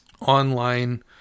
online